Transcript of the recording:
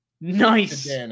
nice